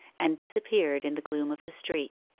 and disappeared in the gloom of the street.